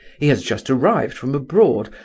he has just arrived from abroad,